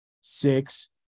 six